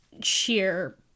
sheer